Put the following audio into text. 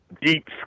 deep